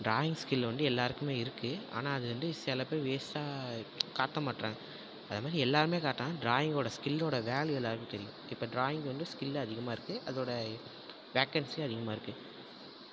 drawing skill வந்து எல்லாருக்குமே இருக்கு ஆனால் அது வந்து சில பேர் வேஸ்ட்டாக காட்ட மாட்டுறாங்க அதை மாரி எல்லாருமே காட்டினா ட்ராயிங்கோட ஸ்கில்லோட வேல்யூ எல்லாருக்கும் தெரியும் இப்போ ட்ராயிங் வந்து ஸ்கில் அதிகமாக இருக்கு அதோட வேகன்ஸியும் அதிகமாக இருக்கு